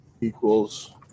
equals